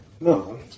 No